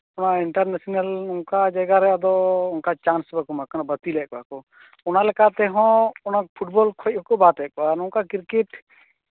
ᱚᱱᱟ ᱤᱱᱴᱟᱨᱱᱮᱥᱱᱟᱞ ᱚᱱᱟ ᱡᱟᱭᱜᱟ ᱨᱮ ᱟᱫᱚ ᱚᱱᱠᱟ ᱪᱟᱱᱥ ᱵᱟᱠᱚ ᱮᱢᱟ ᱠᱚ ᱠᱟᱱᱟ ᱵᱟᱹᱛᱤᱞᱮᱫ ᱠᱚᱣᱟ ᱠᱚ ᱚᱱᱟᱞᱮᱠᱟᱛᱮ ᱦᱚᱸ ᱚᱱᱟ ᱯᱷᱩᱴᱵᱚᱞ ᱠᱷᱚᱱ ᱦᱚᱸᱠᱚ ᱵᱟᱫ ᱮᱫ ᱠᱚᱣᱟ ᱱᱚᱶᱟ ᱠᱨᱤᱠᱮᱴ